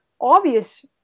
obvious